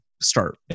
start